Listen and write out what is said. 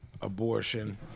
abortion